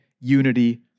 unity